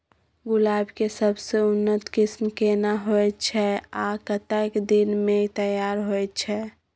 गुलाब के सबसे उन्नत किस्म केना होयत छै आ कतेक दिन में तैयार होयत छै?